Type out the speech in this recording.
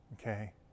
Okay